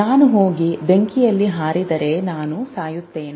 ನಾನು ಹೋಗಿ ಬೆಂಕಿಯಲ್ಲಿ ಹಾರಿದರೆ ನಾನು ಸಾಯುತ್ತೇನೆ